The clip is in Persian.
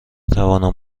توانم